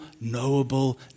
knowable